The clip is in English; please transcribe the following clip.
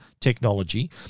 technology